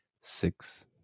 six